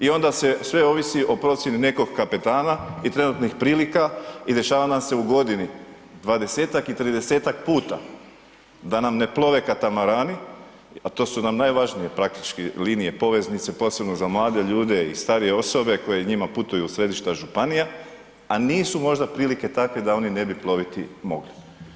I onda se sve ovisi o procjeni nekog kapetana i trenutnih prilika i dešava nam se u godini 20-tak i 30-tak puta da nam ne plove katamarani, a to su nam najvažnije praktički linije poveznice posebno za mlade ljude i starije osobe koje njima putuju u središta županija, a nisu možda prilike takve da oni ne bi ploviti mogli.